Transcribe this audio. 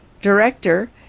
Director